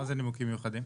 מה זה "נימוקים מיוחדים"?